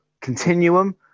continuum